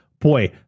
Boy